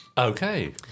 Okay